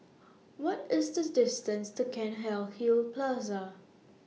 What IS The distance to Cairnhill Plaza